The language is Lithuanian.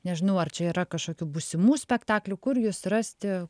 nežinau ar čia yra kažkokių būsimų spektaklių kur jus rasti